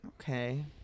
Okay